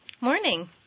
Morning